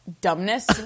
dumbness